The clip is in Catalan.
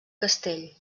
castell